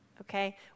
okay